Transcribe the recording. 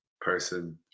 person